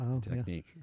technique